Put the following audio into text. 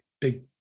big